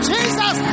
Jesus